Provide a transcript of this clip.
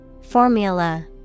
Formula